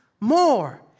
more